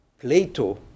Plato